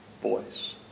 voice